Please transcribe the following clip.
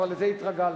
כבר לזה התרגלנו.